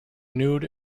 nude